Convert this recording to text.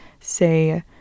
Say